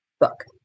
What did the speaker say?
book